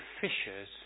fishers